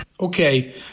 Okay